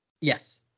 Yes